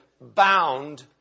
bound